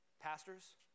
Pastors